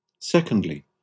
Secondly